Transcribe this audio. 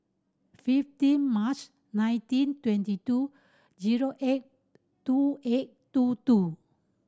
fifteen March nineteen twenty two zero eight two eight two two